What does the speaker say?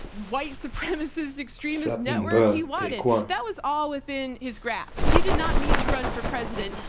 white supremacist, extremist network he wanted. that was all within his grasp. he did not need to run for president.